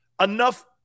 enough